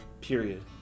Period